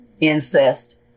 incest